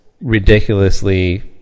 ridiculously